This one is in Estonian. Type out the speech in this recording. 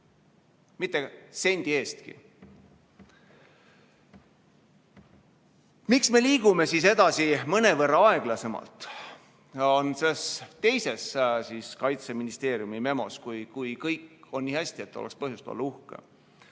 mitte sendi eestki. Miks me liigume siis edasi mõnevõrra aeglasemalt – see on selles teises Kaitseministeeriumi memos –, kui kõik on nii hästi, et oleks põhjust uhke